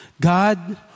God